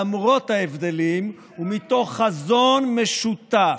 למרות ההבדלים ומתוך חזון משותף,